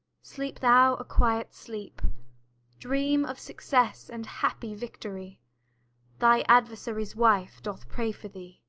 sleep thou a quiet sleep dream of success and happy victory thy adversary's wife doth pray for thee.